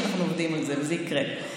שר החקלאות